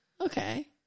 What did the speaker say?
Okay